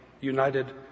united